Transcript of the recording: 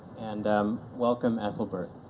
and um welcome ethelbert.